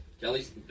Kelly's